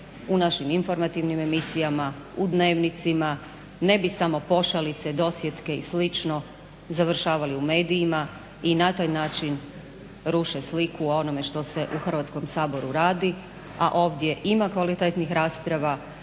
u našim informativnim emisijama, u dnevnicima, ne bi samo pošalice, dosjetke i sl. završavale u medijima i na taj način ruše sliku o onome što se u Hrvatskoga saboru radi a ovdje ima kvalitetnih rasprava